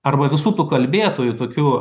arba visų tų kalbėtojų tokių